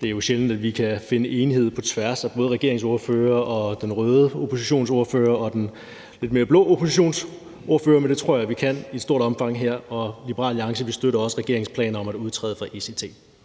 Det er jo sjældent, at vi kan finde enighed på tværs af regeringsordførerne, den røde oppositionsordfører og den lidt mere blå oppositionsordfører, men det tror jeg at vi i stort omfang kan her. Liberal Alliance støtter også regeringens planer om at udtræde af ECT.